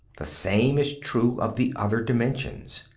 the same is true of the other dimensions.